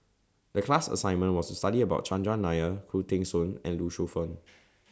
The class assignment was to study about Chandran Nair Khoo Teng Soon and Lee Shu Fen